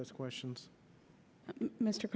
has questions mr